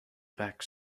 back